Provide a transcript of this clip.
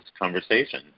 conversation